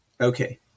Okay